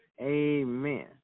Amen